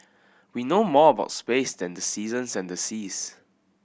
we know more about space than the seasons and the seas